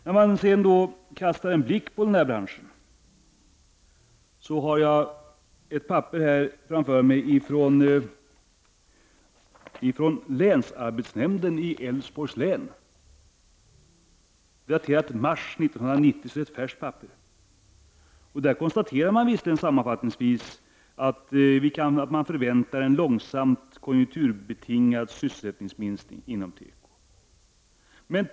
För att få en inblick i branschen kan man läsa det papper som jag har här framför mig från länsarbetsnämnden i Älvsborgs län, daterat mars 1990 — det är alltså ett färskt papper — där man sammanfattningsvis konstaterar att man förväntar en långsam, konjunkturbetingad sysselsättningsminskning inom teko.